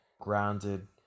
grounded